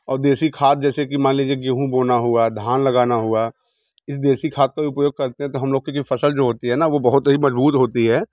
और देसी खाद जैसे कि मान लीजिए गेहूँ बोना हुआ धान लगाना हुआ इस देसी खाद का उपयोग करते हैं तो हम लोग की ये फ़सल जो होती है ना वो बहुत ही मज़बूत होती है